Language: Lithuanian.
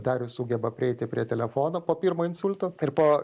darius sugeba prieiti prie telefono po pirmo insulto ir po